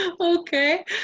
Okay